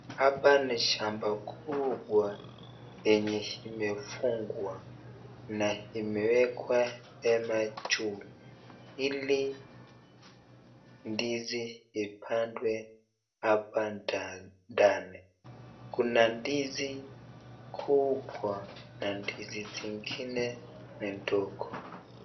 Hapa ni shamba kubwa yenye imefungwa na imewekwa hema juu ili ndizi ipandwe hapa ndani, kuna ndizi kubwa na ndizi zingine ni ndogo.